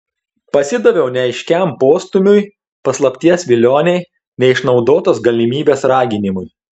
pasidaviau neaiškiam postūmiui paslapties vilionei neišnaudotos galimybės raginimui